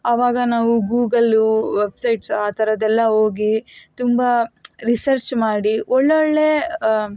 ಆವಾಗ ನಾವು Google websites ಆ ಥರದ್ದೆಲ್ಲ ಹೋಗಿ ತುಂಬ ರಿಸರ್ಚ್ ಮಾಡಿ ಒಳ್ಳೊಳ್ಳೆ